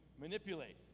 manipulate